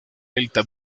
delta